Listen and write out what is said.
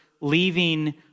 leaving